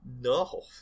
no